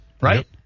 right